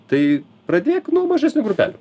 tai pradėk nuo mažesnių grupelių